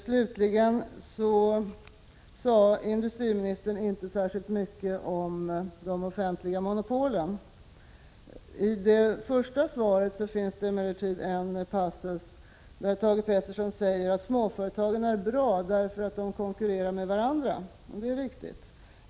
Slutligen noterar jag att industriministern inte sade särskilt mycket om de offentliga monopolen. I interpellationssvaret finns emellertid en passus där Thage Peterson säger att småföretagen är bra, därför att de konkurrerar med varandra. Det är riktigt.